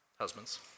husbands